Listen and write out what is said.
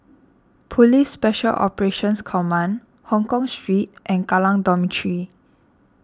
Police Special Operations Command Hongkong Street and Kallang Dormitory